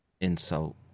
insult